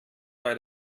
bei